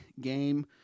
game